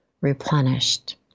replenished